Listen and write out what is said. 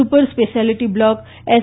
super specialty block S